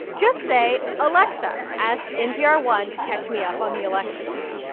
just say, alexa, ask npr one to catch me up on the elections.